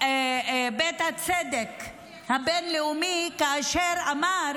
בית הדין הבין-לאומי, כאשר אמר